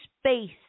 space